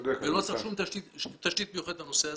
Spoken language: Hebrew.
ולא צריך שום תשתית מיוחדת לנושא הזה.